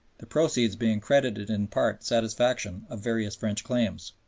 the proceeds being credited in part satisfaction of various french claims.